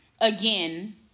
again